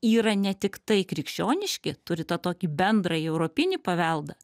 yra ne tiktai krikščioniški turi tą tokį bendrąjį europinį paveldą